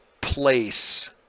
place